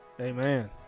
Amen